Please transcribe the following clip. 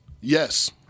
Yes